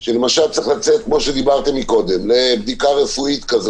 שיוצא לבדיקה רפואית,